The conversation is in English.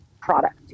product